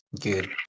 good